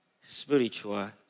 spiritual